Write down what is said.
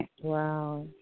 Wow